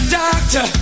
doctor